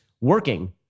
working